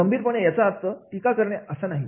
गंभीरपणे याचा अर्थ टीका करणे असा नाही